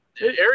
Area